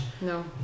No